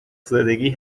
زدگی